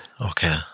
okay